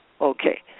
okay